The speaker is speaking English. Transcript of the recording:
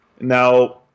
Now